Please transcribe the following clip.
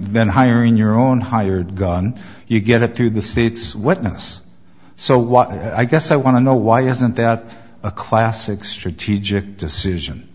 then hiring your own hired gun you get it through the state's witness so what i guess i want to know why isn't that a classic strategic decision